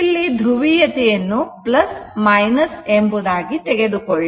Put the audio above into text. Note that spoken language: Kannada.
ಇಲ್ಲಿ ಧ್ರುವೀಯತೆ ಯನ್ನು ಎಂಬುದಾಗಿ ತೆಗೆದುಕೊಳ್ಳಿ